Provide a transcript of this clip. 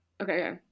okay